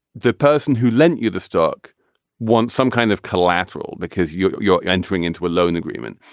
the person who lent you the stock wants some kind of collateral because you're you're entering into a loan agreement.